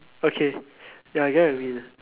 okay ya I get what you mean